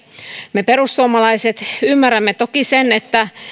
me perussuomalaiset ymmärrämme toki sen että